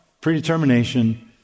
predetermination